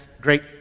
great